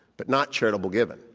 but not charitable giving.